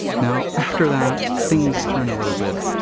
now, after that, things turn a little bit.